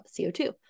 CO2